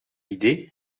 idee